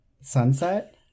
Sunset